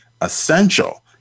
essential